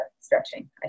stretching